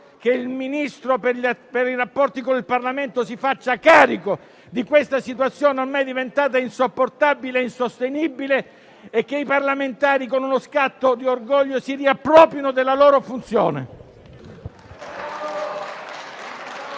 che il Ministro per i rapporti con il Parlamento si faccia carico di questa situazione ormai diventata insopportabile e insostenibile e che i parlamentari con uno scatto di orgoglio si riapproprino della loro funzione.